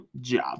job